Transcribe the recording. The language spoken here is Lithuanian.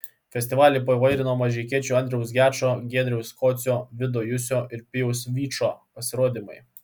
festivalį paįvairino mažeikiečių andriaus gečo giedriaus kocio vido jusio ir pijaus vyčo pasirodymai